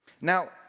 Now